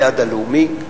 היעד הלאומי,